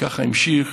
וככה המשיך